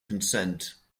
consent